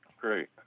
Great